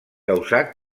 causar